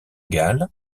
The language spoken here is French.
galles